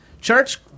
Church